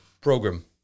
program